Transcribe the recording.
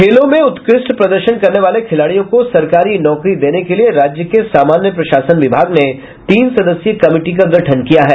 खेलों में उत्कृष्ठ प्रदर्शन करने वाले खिलाड़ियों को सरकारी नौकरी देने के लिए राज्य के सामान्य प्रशासन विभाग ने तीन सदस्यीय कमिटी का गठन किया है